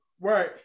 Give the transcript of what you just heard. Right